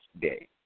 day